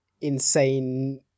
insane